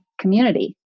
community